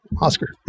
Oscar